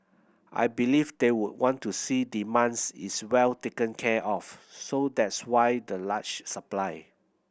I believe they would want to see demands is well taken care of so that's why the large supply